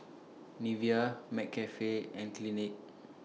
Nivea McCafe and Clinique